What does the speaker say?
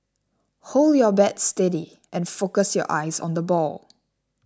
hold your bat steady and focus your eyes on the ball